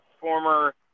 former